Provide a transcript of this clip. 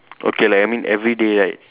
okay like I mean everyday right